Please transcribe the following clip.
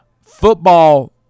football